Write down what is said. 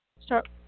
start